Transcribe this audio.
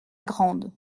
grande